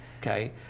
okay